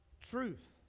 truth